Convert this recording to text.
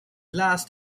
last